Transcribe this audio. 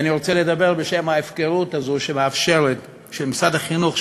ואני רוצה לדבר בשם ההפקרות הזו של משרד החינוך,